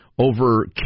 over